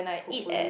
hopefully